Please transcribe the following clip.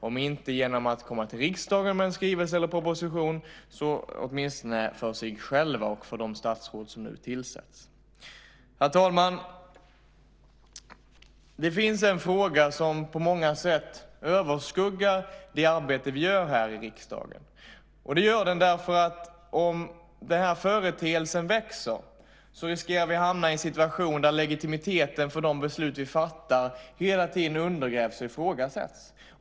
Om man inte gör det genom att komma till riksdagen med en skrivelse eller proposition kan man åtminstone göra det för sig själv och de statsråd som nu tillsätts. Herr talman! Det finns en fråga som på många sätt överskuggar det arbete vi gör här i riksdagen. Om den företeelsen växer riskerar vi att hamna i en situation där legitimiteten för de beslut vi fattar hela tiden undergrävs och ifrågasätts.